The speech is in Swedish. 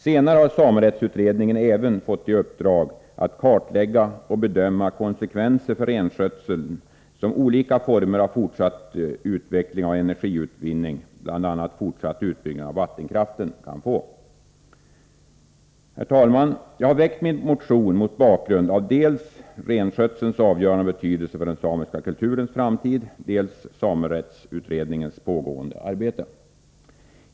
Senare har samerättsutredningen även fått i uppdrag att kartlägga och bedöma de konsekvenser för renskötseln som olika former av fortsatt utveckling av energiutvinningen, bl.a. utbyggnad av vattenkraften, kan få. Herr talman! Jag har väckt min motion dels mot bakgrund av renskötselns avgörande betydelse för den samiska kulturens framtid, dels mot bakgrund av samerättsutredningens pågående arbete.